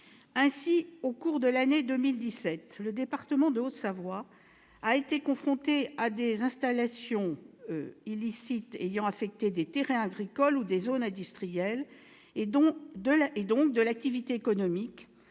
Ainsi, au cours de l'année 2017, le département de Haute-Savoie a été confronté à des installations illicites ayant affecté des terrains agricoles ou des zones industrielles, et donc l'activité économique